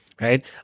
right